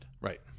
Right